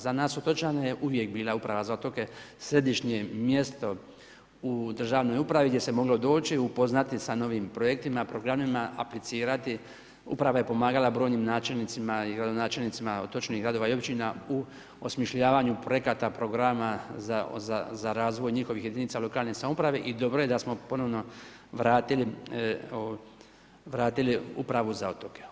Za nas otočane je uvijek bila Uprava za otoke središnje mjesto u državnoj upravi gdje se moglo doći upoznati sa novim projektima, programima, aplicirati, uprava je pomagala, brojnim načelnicima i gradonačelnicima točnih gradova i općina u osmišljavanju projekata, programa, za razvoj njihovih jedinica lokalne samouprave i dobro je da smo ponovno vratili upravu za otoke.